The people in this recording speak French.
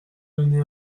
donné